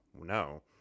No